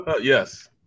Yes